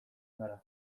gara